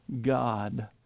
God